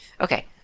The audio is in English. Okay